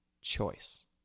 choice